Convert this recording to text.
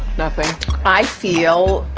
nothing i feel